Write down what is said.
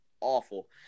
awful